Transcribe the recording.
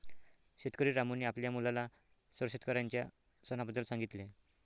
शेतकरी रामूने आपल्या मुलाला सर्व शेतकऱ्यांच्या सणाबद्दल सांगितले